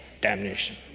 damnation